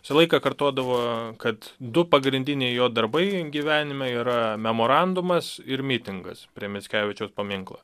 visą laiką kartodavo kad du pagrindiniai jo darbai gyvenime yra memorandumas ir mitingas prie mickevičiaus paminklo